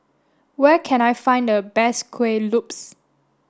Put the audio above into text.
where can I find the best Kueh Lopes